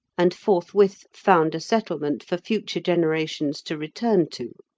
and forthwith found a settlement for future generations to return to.